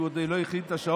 כי הוא עוד לא הכין את השעון,